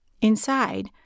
Inside